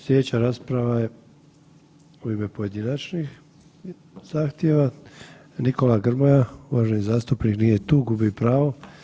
Slijedeća rasprava je u ime pojedinačnih zahtjeva, Nikola Grmoja uvaženi zastupnik nije tu gubi pravo.